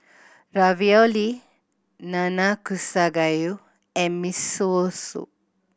Ravioli Nanakusa Gayu and Miso Soup